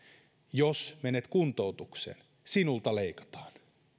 jos menet kuntoutukseen sinulta leikataan